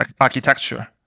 architecture